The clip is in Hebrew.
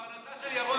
הפרנסה של ירון זליכה?